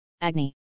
Agni